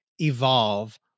evolve